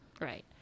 Right